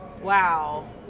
wow